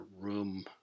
room